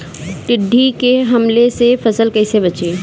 टिड्डी के हमले से फसल कइसे बची?